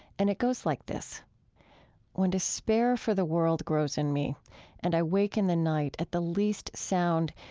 and it goes like this when despair for the world grows in me and i wake in the night at the least sound,